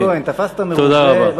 תודה רבה.